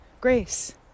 grace